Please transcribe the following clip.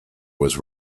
was